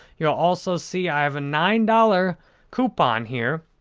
you'll also see i have a nine dollars coupon here,